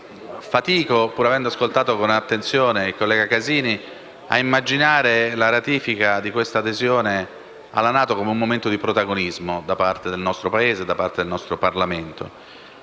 fatico, pur avendo ascoltato con attenzione il collega Casini, a immaginare la ratifica di questa adesione alla NATO come un momento di protagonismo da parte del nostro Paese e del nostro Parlamento.